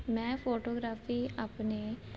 ਮੈਂ ਫੋਟੋਗ੍ਰਾਫੀ ਆਪਣੇ